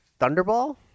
Thunderball